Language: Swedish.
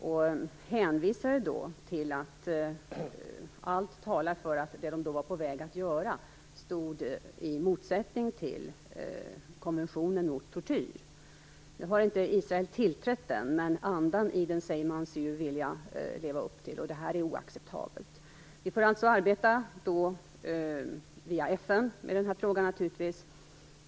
Jag hänvisade då till att allt talar för att det man då var på väg att göra stod i motsättning till konventionen mot tortyr. Nu har inte Israel tillträtt den, men andan i den säger man sig vilja leva upp till. Det här är oacceptabelt. Vi får alltså arbeta via FN i denna fråga.